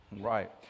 Right